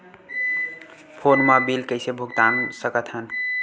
Phone मा bill कइसे भुक्तान साकत हन?